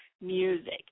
music